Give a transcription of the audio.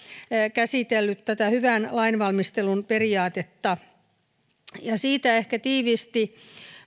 käsitellyt tätä hyvän lainvalmistelun periaatetta siitä ehkä tiiviisti